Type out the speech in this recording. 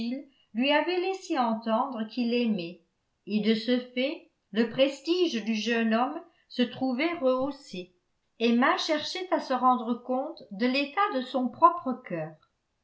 lui avait laissé entendre qu'il l'aimait et de ce fait le prestige du jeune homme se trouvait rehaussé emma cherchait à se rendre compte de l'état de son propre cœur